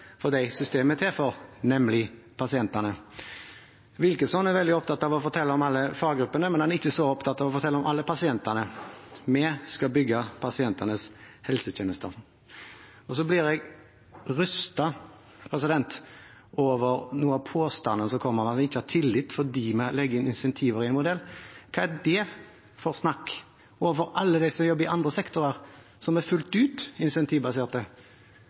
dem som systemet er til for, nemlig pasientene? Wilkinson er veldig opptatt av å fortelle om alle faggruppene, men han er ikke så opptatt av å fortelle om alle pasientene. Vi skal bygge pasientenes helsetjenester. Jeg blir rystet over noen av påstandene som kommer om at vi ikke har tillit fordi vi legger inn incentiver i en modell. Hva er det for snakk overfor alle dem som jobber i andre sektorer, sektorer som er fullt ut